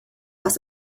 aus